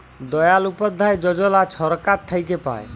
দয়াল উপাধ্যায় যজলা ছরকার থ্যাইকে পায়